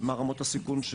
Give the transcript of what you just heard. מה רמות הסיכון?